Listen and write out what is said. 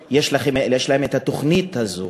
יש להם התוכנית הזאת.